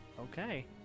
Okay